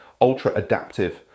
ultra-adaptive